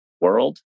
world